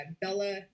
bella